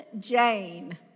Jane